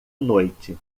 noite